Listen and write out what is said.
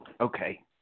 Okay